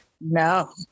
No